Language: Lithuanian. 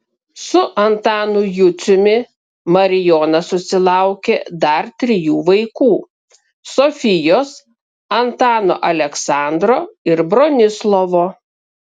su antanu juciumi marijona susilaukė dar trijų vaikų sofijos antano aleksandro ir bronislovo